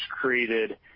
created –